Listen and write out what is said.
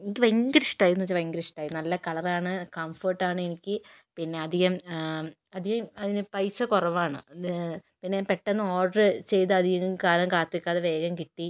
എനിക്ക് ഭയങ്കര ഇഷ്ടമായിയെന്ന് വെച്ചാൽ ഭയങ്കര ഇഷ്ടമായി നല്ല കളറാണ് നല്ല കംഫർട്ടാണ് എനിക്ക് പിന്നെ അധികം അധികം അതിന് പൈസ കുറവാണ് പിന്നെ പെട്ടെന്ന് ഓർഡർ ചെയ്താതീ അധിക കാലം കാത്തു നിൽക്കാതെ വേഗം കിട്ടി